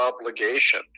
obligation